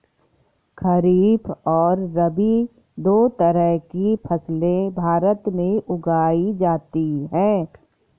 खरीप और रबी दो तरह की फैसले भारत में उगाई जाती है